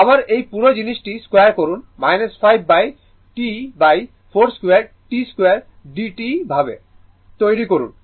আবার এই পুরো জিনিসটি 2 করুন 5 T42t2dt ভাবে তৈরী করুন